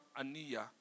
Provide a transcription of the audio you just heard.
Ania